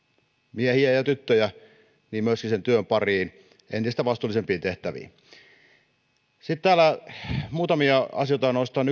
miehiä ja tyttöjä myöskin työn pariin entistä vastuullisempiin tehtäviin sitten täällä muutamia asioita nostan